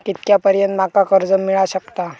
कितक्या पर्यंत माका कर्ज मिला शकता?